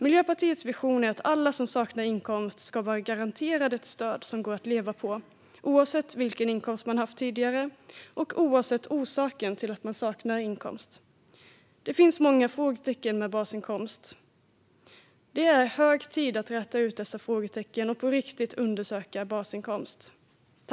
Miljöpartiets vision är att alla som saknar inkomst ska vara garanterade ett stöd som går att leva på, oavsett vilken inkomst man har haft tidigare och oavsett orsaken till att man saknar inkomst. Det finns många frågetecken med basinkomst. Det är hög tid att räta ut dessa frågetecken och på riktigt undersöka basinkomst.